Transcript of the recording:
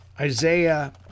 isaiah